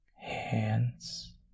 hands